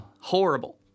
Horrible